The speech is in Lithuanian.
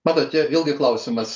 matot čia vėlgi klausimas